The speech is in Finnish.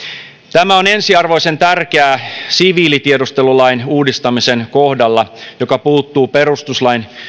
tämä on ensiarvoisen tärkeää siviilitiedustelulain uudistamisen kohdalla joka puuttuu perustuslain